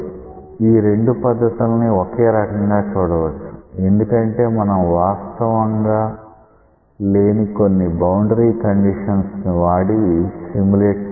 ఈ రెండు పద్ధతుల్ని ఒకే రకంగా చూడవచ్చు ఎందుకంటే మనం వాస్తవంగా లేని కొన్ని బౌండరీ కండీషన్స్ ని వాడి సిములేట్ చేస్తాం